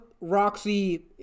Roxy